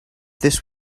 this